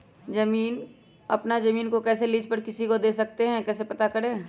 अपना जमीन को कैसे लीज पर किसी को दे सकते है कैसे पता करें?